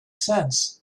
sense